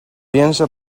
piensa